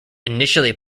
initially